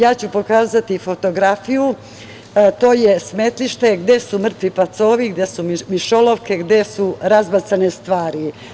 Ja ću pokazati fotografiju, to je smetlište gde su mrtvi pacovi, gde su mišolovke, gde su razbacane stvari.